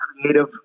creative